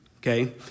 Okay